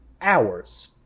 hours